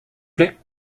plait